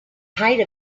height